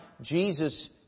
Jesus